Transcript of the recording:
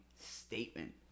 statement